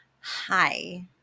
Hi